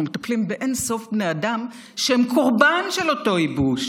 אנחנו מטפלים באין-סוף בני אדם שהם קורבן של אותו ייבוש.